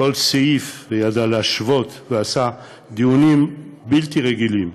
כל סעיף, וידע להשוות, ועשה דיונים בלתי רגילים,